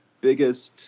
biggest